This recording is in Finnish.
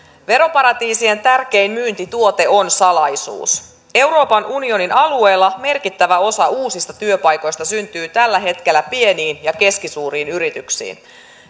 veroparatiisien tärkein myyntituote on salaisuus euroopan unionin alueella merkittävä osa uusista työpaikoista syntyy tällä hetkellä pieniin ja keskisuuriin yrityksiin